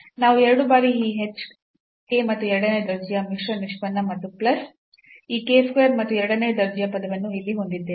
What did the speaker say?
ನಾವು 2 ಬಾರಿ ಈ h k ಮತ್ತು ಎರಡನೇ ದರ್ಜೆಯ ಮಿಶ್ರ ದರ್ಜೆಯ ನಿಷ್ಪನ್ನ ಮತ್ತು ಪ್ಲಸ್ ಈ k square ಮತ್ತು ಎರಡನೇ ದರ್ಜೆಯ ಪದವನ್ನು ಇಲ್ಲಿ ಹೊಂದಿದ್ದೇವೆ